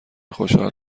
خوشحال